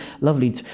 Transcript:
lovely